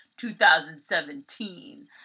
2017